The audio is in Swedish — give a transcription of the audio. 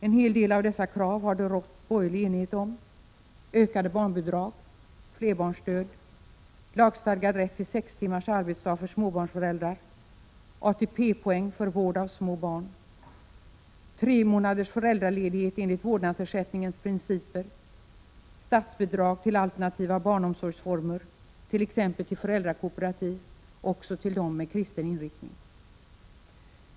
En hel del av dessa krav har det rått borgerlig enighet om: ökade barnbidrag, flerbarnsstöd, lagstadgad rätt till sex timmars arbetsdag för småbarnföräldrar, ATP-poäng för vård av små barn, tre månaders föräldraledighet enligt vårdnadsersättningens principer och statsbidrag till alternativa barnomsorgsformer, t.ex. till föräldrakooperativ, också till dem med kristen inriktning.